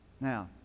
Now